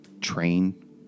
train